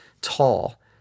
tall